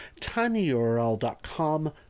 tinyurl.com